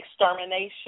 extermination